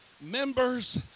members